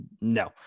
no